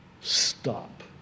stop